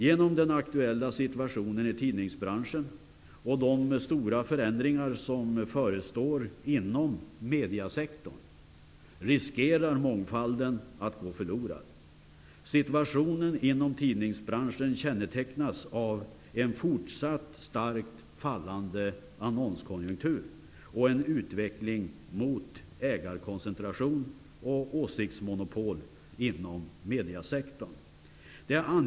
Genom den aktuella situationen i tidningsbranschen och de stora förändringar som förestår inom mediesektorn riskerar mångfalden att gå förlorad. Situationen inom tidningsbranschen kännetecknas av en fortsatt starkt fallande annonskonjunktur och en utveckling mot ägarkoncentration och åsiktsmonopol inom mediesektorn.